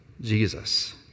Jesus